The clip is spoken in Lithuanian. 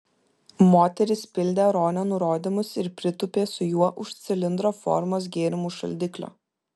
moteris pildė ronio nurodymus ir pritūpė su juo už cilindro formos gėrimų šaldiklio